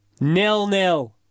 Nil-nil